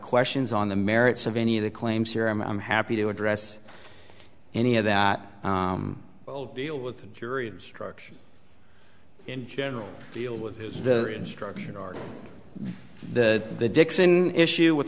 questions on the merits of any of the claims here and i'm happy to address any of that deal with the jury instruction in general deal with his the instruction or the the dixon issue with